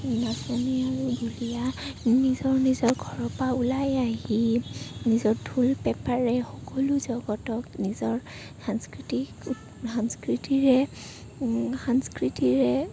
নাচনী আৰু ঢুলীয়া নিজৰ নিজৰ ঘৰৰ পৰা ওলাই আহি নিজৰ ঢোল পেঁপাৰে সকলো জগতক নিজৰ সাংস্কৃতিক সাংস্কৃতিৰে সাংস্কৃতিৰে